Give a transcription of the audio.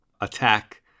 attack